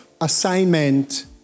assignment